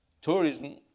tourism